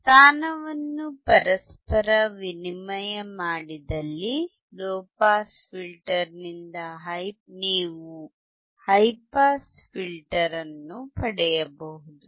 ಸ್ಥಾನವನ್ನು ಪರಸ್ಪರ ವಿನಿಮಯ ಮಾಡಿದಲ್ಲಿ ಲೊ ಪಾಸ್ ಫಿಲ್ಟರ್ನಿಂದ ನೀವು ಹೈ ಪಾಸ್ ಫಿಲ್ಟರ್ ಪಡೆಯಬಹುದು